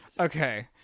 okay